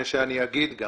ואני אגיד גם